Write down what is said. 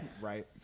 Right